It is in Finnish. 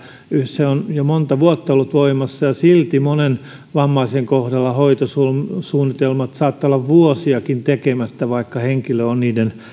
se on jo monta vuotta ollut voimassa ja silti monen vammaisen kohdalla hoitosuunnitelmat saattavat olla vuosiakin tekemättä vaikka henkilö on niiden